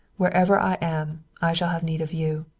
wherever i am i shall have need of you.